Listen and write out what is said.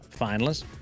finalists